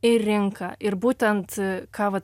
ir rinką ir būtent ką vat